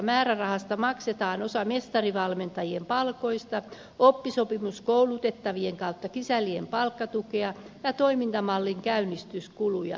määrärahasta maksetaan osa mestarivalmentajien palkoista oppisopimuskoulutettavien tai kisällien palkkatukea ja toimintamallin käynnistyskuluja